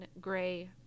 gray